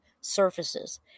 surfaces